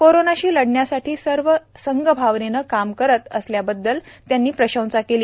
कोरोनाशी लढण्यासाठी सर्व संघभावनेने काम करत असल्याबद्दल त्यांनी प्रशंसा केली